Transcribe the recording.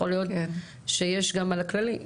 יש להיות שיש גם על הכללי.